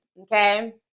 okay